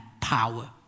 power